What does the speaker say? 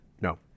No